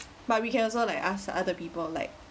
but we can also like ask other people like